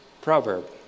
proverb